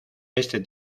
este